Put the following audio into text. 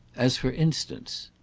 as for instance?